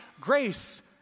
grace